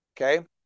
Okay